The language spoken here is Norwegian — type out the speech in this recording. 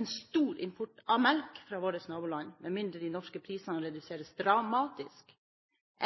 en stor import av melk fra våre naboland, med mindre de norske prisene reduseres dramatisk.